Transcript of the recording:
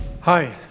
Hi